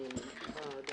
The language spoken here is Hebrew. בשעה 09:45.